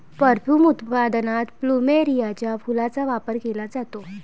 perfume उत्पादनात प्लुमेरियाच्या फुलांचा वापर केला जातो